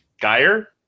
Geyer